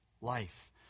life